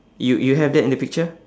you you have that in the picture